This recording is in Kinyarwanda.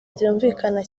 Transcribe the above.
byumvikana